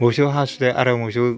मोसौ हासुदै आरो मोसौ